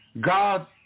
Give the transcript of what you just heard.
God